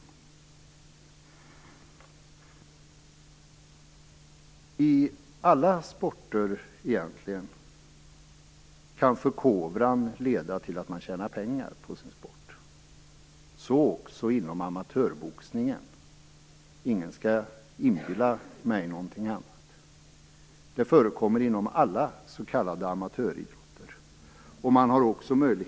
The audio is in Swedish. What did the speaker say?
I egentligen alla sporter kan förkovran leda till att man tjänar pengar, så också inom amatörboxningen. Ingen skall inbilla mig någonting annat. Det förekommer inom alla s.k. amatöridrotter.